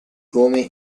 come